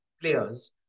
players